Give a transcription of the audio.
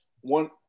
One